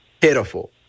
pitiful